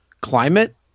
climate